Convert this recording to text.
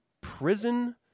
prison